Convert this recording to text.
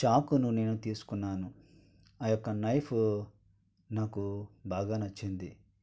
చాకును నేను తీసుకున్నాను ఆ యొక్క నైఫ్ నాకు బాగా నచ్చింది